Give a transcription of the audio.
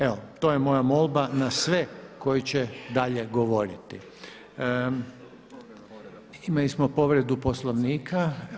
Evo, to je moja molba na sve koji će dalje govoriti [[Upadica: Povreda Poslovnika.]] Imali smo povredu Poslovnika.